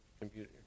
computer